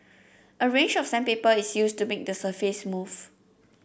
a range of sandpaper is used to make the surface smooth